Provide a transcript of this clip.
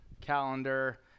calendar